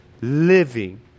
living